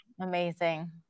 Amazing